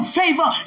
favor